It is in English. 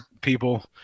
people